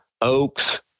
oaks